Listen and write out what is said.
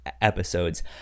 Episodes